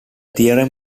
theorem